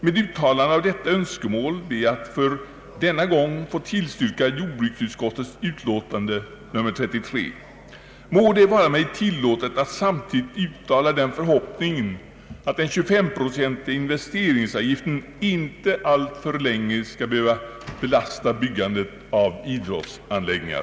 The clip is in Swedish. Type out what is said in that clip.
Med uttalande av detta önskemål ber jag att för denna gång få tillstyrka jordbruksutskottets utlåtande nr 33. Må det vara mig tillåtet att samtidigt uttala den förhoppningen att den 25-procentiga investeringsavgiften inte alltför länge skall behöva belasta byggandet av idrottsanläggningar.